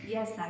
Yes